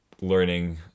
learning